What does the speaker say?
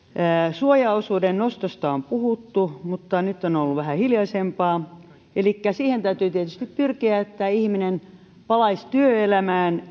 suojaosuuden nostosta on puhuttu mutta nyt on on ollut vähän hiljaisempaa elikkä siihen täytyy tietysti pyrkiä että ihminen palaisi työelämään